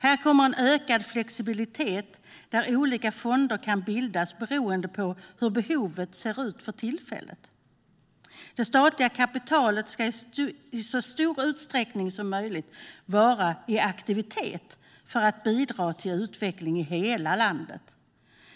Här blir det en ökad flexibilitet där olika fonder kan bildas beroende på hur behoven ser ut för tillfället. Det statliga kapitalet ska i så stor utsträckning som möjligt vara i aktivitet för att bidra till utveckling i hela landet.